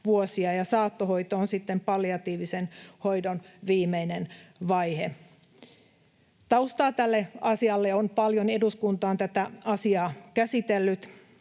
saattohoito on sitten palliatiivisen hoidon viimeinen vaihe. Taustaa tälle asialle on paljon. Eduskunta on tätä asiaa käsitellyt.